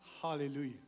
Hallelujah